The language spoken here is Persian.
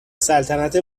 سلطنت